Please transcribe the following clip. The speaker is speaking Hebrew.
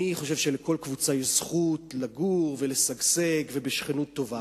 אני חושב שלכל קבוצה יש זכות לגור ולשגשג ובשכנות טובה.